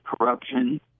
corruption